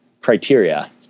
criteria